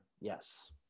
Yes